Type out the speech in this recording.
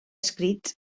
escrits